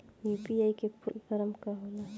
UPI का full form का होला?